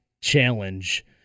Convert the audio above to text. Challenge